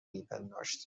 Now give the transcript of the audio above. میپنداشتم